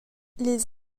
les